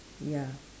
ya